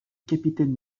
capitaine